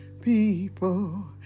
people